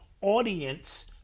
audience